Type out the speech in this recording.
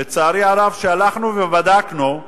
לצערי הרב, כשהלכנו ובדקנו,